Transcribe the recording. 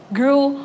grew